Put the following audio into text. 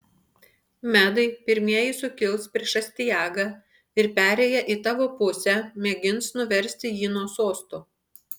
medai pirmieji sukils prieš astiagą ir perėję į tavo pusę mėgins nuversti jį nuo sosto